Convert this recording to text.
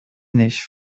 nicht